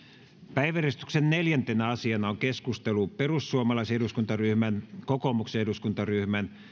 päiväjärjestyksen neljäntenä asiana on keskustelu perussuomalaisen eduskuntaryhmän kokoomuksen eduskuntaryhmän